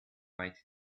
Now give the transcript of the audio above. might